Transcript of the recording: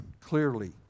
clearly